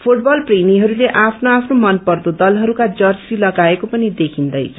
football प्रेमीहस्ते आफ्नो आफ्नो मनपर्दो दलहरूका जसी लगाएको पनि देखिन्दैछ